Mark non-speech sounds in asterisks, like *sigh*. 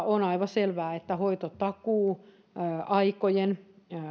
*unintelligible* on aivan selvää että hoitotakuuaikojen